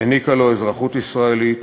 העניקה לו אזרחות ישראלית